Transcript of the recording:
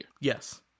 Yes